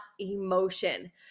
emotion